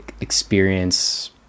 experience